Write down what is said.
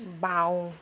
বাওঁ